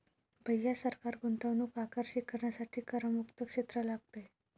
भैया सरकार गुंतवणूक आकर्षित करण्यासाठी करमुक्त क्षेत्र लागू करते